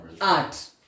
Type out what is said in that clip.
art